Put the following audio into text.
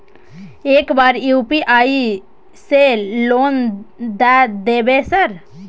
एक बार यु.पी.आई से लोन द देवे सर?